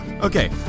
Okay